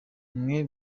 mwe